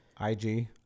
IG